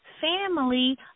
family